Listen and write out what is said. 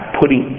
putting